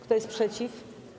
Kto jest przeciw?